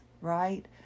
right